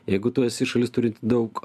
jeigu tu esi šalis turinti daug